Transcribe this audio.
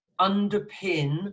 underpin